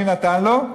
מי נתן לו אותו?